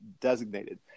designated